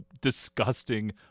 disgusting